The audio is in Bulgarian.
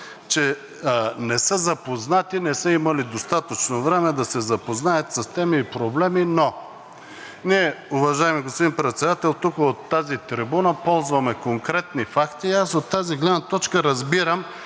че не са запознати, не са имали достатъчно време да се запознаят с теми и проблеми. Но ние, уважаеми господин Председател, тук от тази трибуна ползваме конкретни факти и аз от тази гледна точка разбирам